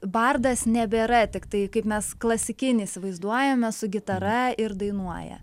bardas nebėra tiktai kaip mes klasikinį įsivaizduojame su gitara ir dainuoja